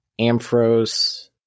Amphros